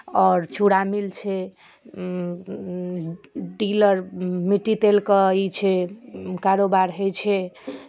आओर चूड़ा मिल छै डीलर मिट्टी तेलके ई छै कारोबार होइ छै